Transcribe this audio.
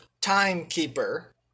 timekeeper